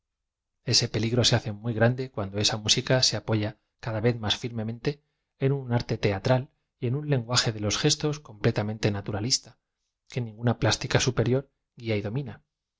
ese peligro se hace muy grande cuando esa msica se apoya cada vez más firmemente en un arte teatral y en un lenguaje de gestos completamente naturalista que ninguna plástica superior gula y domina